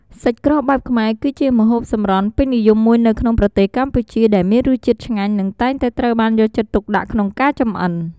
សាច់ក្រកបែបខ្មែរ គឺជាម្ហូបសម្រន់ពេញនិយមមួយនៅក្នុងប្រទេសកម្ពុជា ដែលមានរសជាតិឆ្ងាញ់ និងតែងតែត្រូវបានយកចិត្តទុកដាក់ក្នុងការចម្អិន។